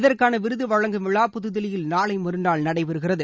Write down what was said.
இதற்கான விருது வழங்கும் விழா புதுதில்லியில் நாளை மறுநாள் நடைபெறுகிறது